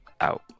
Out